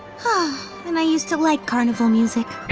and i used to like carnival music.